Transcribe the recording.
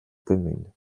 commune